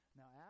now